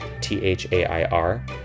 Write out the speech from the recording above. T-H-A-I-R